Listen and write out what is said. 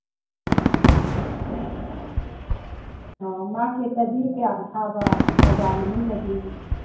ꯑꯣ ꯃꯥꯔꯀꯦꯠꯇꯗꯤ ꯀꯌꯥꯝ ꯊꯥꯕ ꯕꯖꯥꯔ ꯃꯅꯨꯡꯗꯗꯤ